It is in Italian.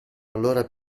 allora